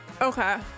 Okay